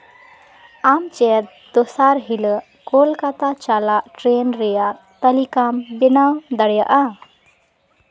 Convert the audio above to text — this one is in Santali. ᱟᱢ ᱪᱮᱫ ᱛᱮᱥᱟᱨ ᱦᱤᱞᱳᱜ ᱠᱳᱞᱠᱟᱛᱟ ᱪᱟᱞᱟᱜ ᱴᱨᱮᱱ ᱨᱮᱭᱟᱜ ᱛᱟᱹᱞᱤᱠᱟᱢ ᱵᱮᱱᱟᱣ ᱫᱟᱲᱮᱭᱟᱜᱼᱟ